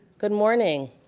good morning